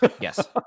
Yes